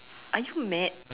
are you mad